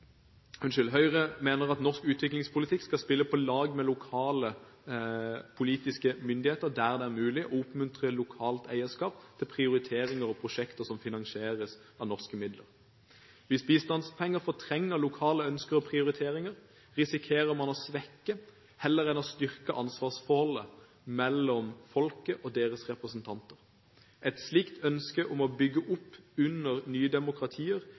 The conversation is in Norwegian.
utviklingspolitikk skal spille på lag med lokale politiske myndigheter der det er mulig, og oppmuntre lokalt eierskap til prioriteringer og prosjekter som finansieres av norske midler. Hvis bistandspenger fortrenger lokale ønsker og prioriteringer, risikerer man å svekke heller enn å styrke ansvarsforholdet mellom folket og deres representanter. Et slikt ønske om å bygge opp under nye demokratier,